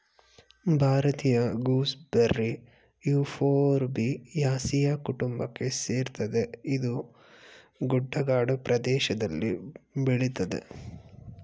ಭಾರತೀಯ gooseberry Euphorbiaceae ಕುಟುಂಬಕ್ಕೆ ಸೇರ್ತದೆ ಇದು ಗುಡ್ಡಗಾಡು ಪ್ರದೇಷ್ದಲ್ಲಿ ಬೆಳಿತದೆ